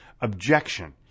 objection